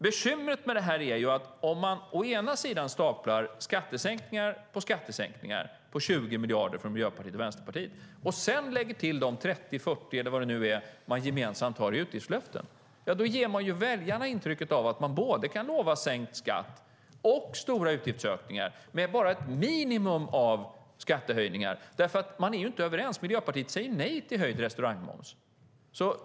Bekymret med detta är att om man staplar skattesänkningar på skattesänkningar på 20 miljarder från Miljöpartiet och Vänsterpartiet och sedan lägger till de 30-40 miljarder, eller vad det är, som man gemensamt har i utgiftslöften ger man väljarna intrycket av att man kan lova både sänkt skatt och stora utgiftsökningar med bara ett minimum av skattehöjningar. Man är ju inte överens. Miljöpartiet säger nej till höjd restaurangmoms.